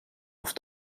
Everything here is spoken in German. auf